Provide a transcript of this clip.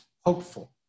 hopeful